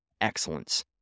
excellence